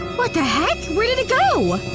what the heck? where did it go?